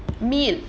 meal